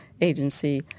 agency